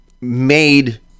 made